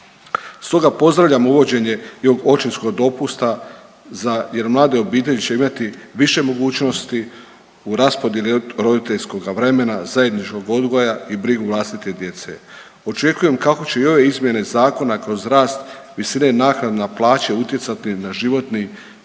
Stoga pozdravljamo uvođenje i ovog očinskog dopusta za jer mlade obitelji će imati više mogućnosti u raspodjeli roditeljskog vremena, zajedničkog odgoja i brigu vlastite djece. Očekujem kako će i ove izmjene zakona kroz rast visine naknade na plaće utjecati na životni